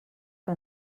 que